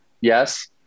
Yes